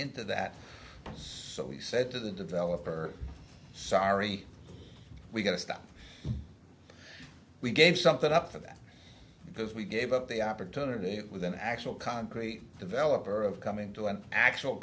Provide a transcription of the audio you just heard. into that so we said to the developer sorry we've got to stop we gave something up for that because we gave up the opportunity with an actual concrete developer of coming to an actual